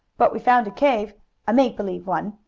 but we found a cave a make-believe one,